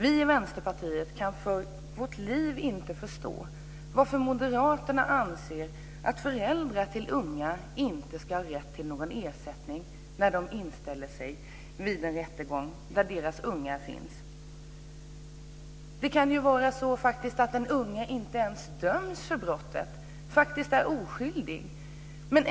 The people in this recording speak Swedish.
Vi i Vänsterpartiet kan inte förstå varför moderaterna anser att föräldrar till unga inte ska ha rätt till någon ersättning när de inställer sig vid en rättegång där deras unga är med. Det kan vara så att den unge inte ens döms för brottet, faktiskt är oskyldig.